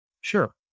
Sure